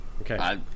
Okay